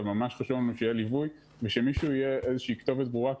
אבל ממש חשוב הליווי ושמישהו יהיה כתובת ברורה,